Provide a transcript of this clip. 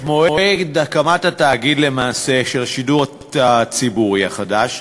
מועד הקמת התאגיד של השידור הציבורי החדש,